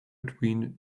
between